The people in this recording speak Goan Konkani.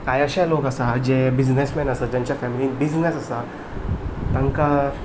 कांय अशे लोक आसा जे बिजनेसमॅन आसा जांच्या फॅमिलीन बिजनेस आसा तांकां